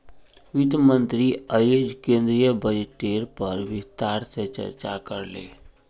वित्त मंत्री अयेज केंद्रीय बजटेर पर विस्तार से चर्चा करले